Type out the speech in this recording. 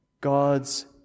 god's